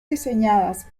diseñadas